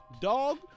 Dog